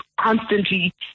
constantly